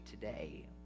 today